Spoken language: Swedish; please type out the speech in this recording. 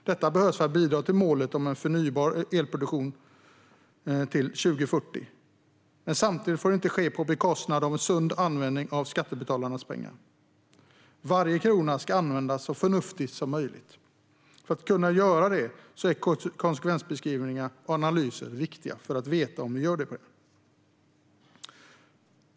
Detta behövs för att bidra till målet om en förnybar elproduktion till 2040. Men samtidigt får det inte ske på bekostnad av en sund användning av skattebetalarnas pengar. Varje krona ska användas så förnuftigt som möjligt. För att vi ska kunna göra detta, och för att vi ska veta om vi gör det, är konsekvensbeskrivningar och analyser viktiga.